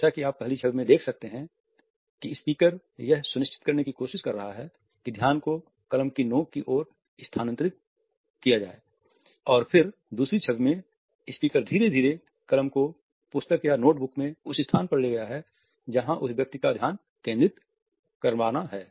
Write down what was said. जैसा कि आप पहली छवि में देख सकते हैं कि स्पीकर यह सुनिश्चित करने की कोशिश कर रहा है कि ध्यान को कलम की नोक की ओर स्थानांतरित किया गया है और फिर दूसरी छवि में स्पीकर धीरे धीरे कलम को पुस्तक या नोटबुक में उस स्थान पर ले गया है जहां उस व्यक्ति को ध्यान केंद्रित करना है